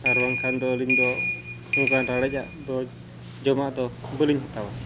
ᱟᱨ ᱵᱟᱝᱠᱷᱟᱱᱫᱚ ᱟᱹᱞᱤᱧᱫᱚ ᱚᱱᱠᱟᱱ ᱨᱮᱲᱮᱡᱟᱜ ᱫᱚ ᱡᱚᱢᱟᱜᱫᱚ ᱵᱟᱹᱞᱤᱧ ᱦᱟᱛᱟᱣᱟ